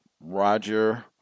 Roger